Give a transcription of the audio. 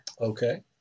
Okay